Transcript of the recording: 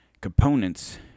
Components